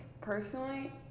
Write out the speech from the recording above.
personally